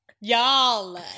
Y'all